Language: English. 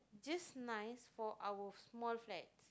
just nice for our small flat